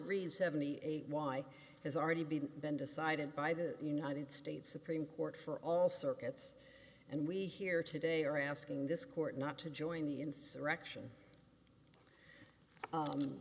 read seventy eight why has already been been decided by the united states supreme court for all circuits and we here today are asking this court not to join the in surre